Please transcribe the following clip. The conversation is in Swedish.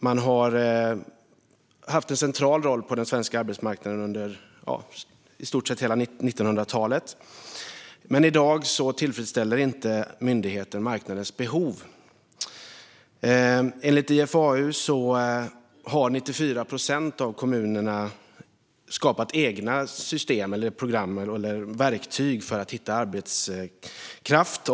Den har haft en central roll på den svenska arbetsmarknaden under i stort sett hela 1900-talet, men i dag tillfredsställer inte myndigheten marknadens behov. Enligt IFAU har 94 procent av kommunerna skapat egna verktyg för att hitta arbetskraft.